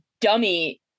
dummy